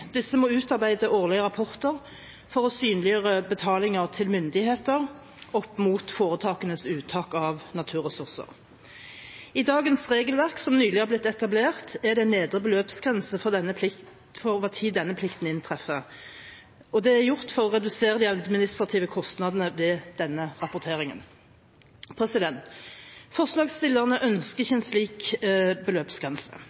Disse må utarbeide årlige rapporter for å synliggjøre betalinger til myndigheter opp mot foretakenes uttak av naturressurser. I dagens regelverk, som nylig har blitt etablert, er det en nedre beløpsgrense for når denne plikten inntreffer. Det er gjort for å redusere de administrative kostnadene ved denne rapporteringen. Forslagsstillerne ønsker